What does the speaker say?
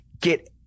get